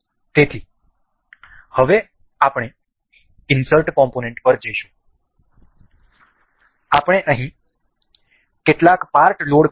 તેથી હવે આપણે ઇન્સર્ટ કોમ્પોનન્ટ પર જઈશું આપણે અહીં કેટલાક પાર્ટ લોડ કરીશું